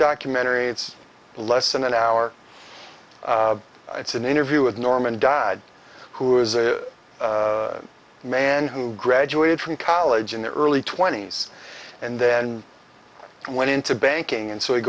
documentary it's less than an hour it's an interview with norman died who is a man who graduated from college in the early twenty's and then went into banking and so he